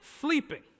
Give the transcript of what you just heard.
sleeping